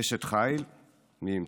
אשת חיל מי ימצא.